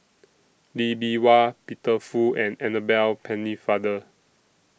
Lee Bee Wah Peter Fu and Annabel Pennefather